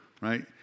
right